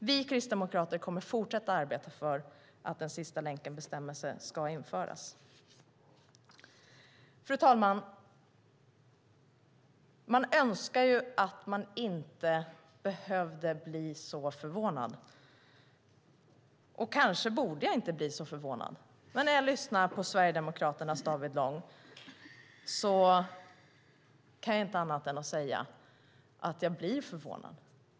Vi kristdemokrater kommer att fortsätta att arbeta för att en sista-länken-bestämmelse ska införas. Fru talman! Jag önskar att jag inte behövde bli så förvånad. Kanske borde jag inte bli det, men när jag lyssnar på Sverigedemokraternas David Lång kan jag inte säga annat än att jag blir förvånad.